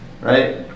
right